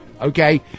Okay